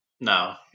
No